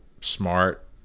smart